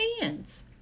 hands